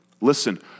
Listen